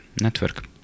network